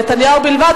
או "נתניהו" בלבד,